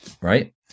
right